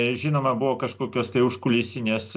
žinoma buvo kažkokios tai užkulisinės